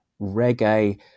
reggae